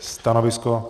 Stanovisko?